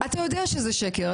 אתה יודע שזה שקר,